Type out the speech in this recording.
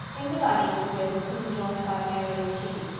in the dining-room they were soon joined by mary and kitty,